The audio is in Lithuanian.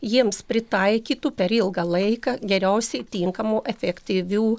jiems pritaikytų per ilgą laiką geriausiai tinkamų efektyvių